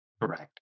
Correct